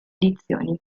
edizioni